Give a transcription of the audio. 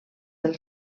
del